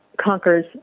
conquers